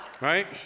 right